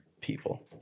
people